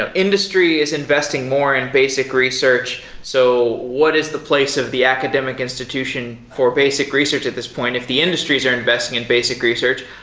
ah industry is investing more in basic research, so what is the place of the academic institution for basic research at this point if the industries are investing in basic research?